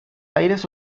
aires